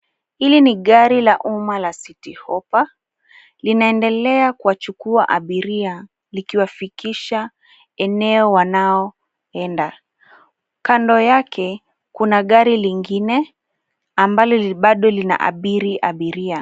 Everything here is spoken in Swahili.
Hili ni gari la umma la City Hoppa . Linaendelea kuwachukua abiria likiwafikisha eneo wanaoenda. Kando yake, kuna gari lingine ambalo bado linaabiri abiria.